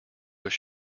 was